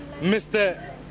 Mr